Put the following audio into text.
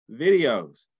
videos